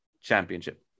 Championship